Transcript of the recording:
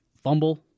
fumble